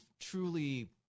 truly –